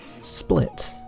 split